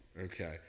Okay